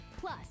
Plus